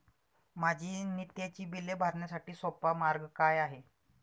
माझी नित्याची बिले भरण्यासाठी सोपा मार्ग काय आहे?